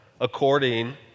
according